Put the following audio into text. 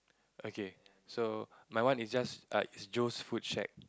okay so my one is just uh is Joe's food shack